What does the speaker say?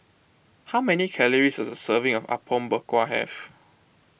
how many calories does a serving of Apom Berkuah have